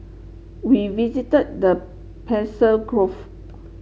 we visited the